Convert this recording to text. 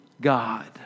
God